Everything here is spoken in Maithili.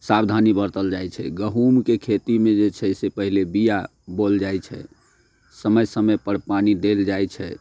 सावधानी बरतल जाइत छै गहुँमके खेतीमे जे छै से पहिले बिआ बोअल जाइत छै समय समय पर पानि देल जाइत छै